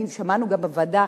שמענו גם בוועדה,